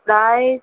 প্রায়